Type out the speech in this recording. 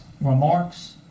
remarks